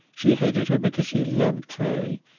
she hated her because she loved clay,